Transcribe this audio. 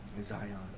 Zion